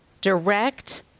Direct